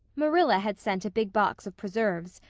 marilla had sent a big box of preserves,